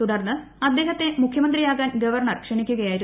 തുടർന്ന് അദ്ദേഹത്തെ മുഖ്യമന്ത്രിയാകാൻ ഗവർണർ ക്ഷണിക്കുകയായിരുന്നു